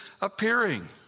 appearing